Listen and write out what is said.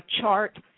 chart